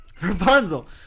Rapunzel